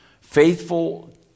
faithful